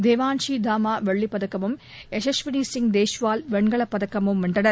தேவான்ஷி தாமா வெள்ளிப்பதக்கமும் யஷாவினி சிங் தேஷ்வால் வெண்கலப்பதக்கமும் வென்றனர்